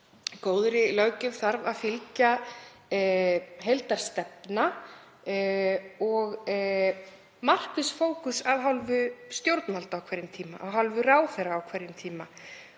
góðri löggjöf þarf að fylgja heildarstefna og markviss fókus af hálfu stjórnvalda á hverjum tíma, af hálfu ráðherra á hverjum tíma.